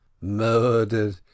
murdered